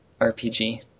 RPG